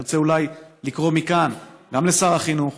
אני רוצה אולי לקרוא מכאן גם לשר החינוך